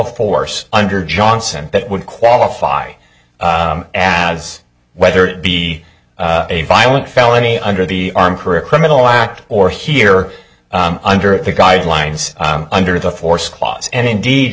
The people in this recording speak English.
force under johnson that would qualify as whether it be a violent felony under the arm career criminal act or here under the guidelines under the force clause and indeed